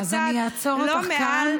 אז אני אעצור אותך כאן,